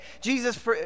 Jesus